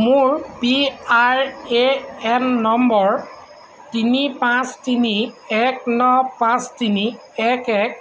মোৰ P R A N number তিনি পাঁচ তিনি এক ন পাঁচ তিনি এক এক